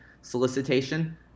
solicitation